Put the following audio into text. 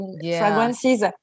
fragrances